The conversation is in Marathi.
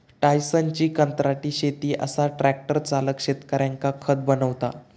टायसनची कंत्राटी शेती असा ट्रॅक्टर चालक शेतकऱ्यांका खत बनवता